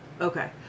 Okay